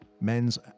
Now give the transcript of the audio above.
men's